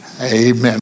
Amen